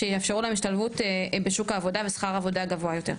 שיאפשרו להם השתלבות בשוק העבודה בשכר גבוה יותר.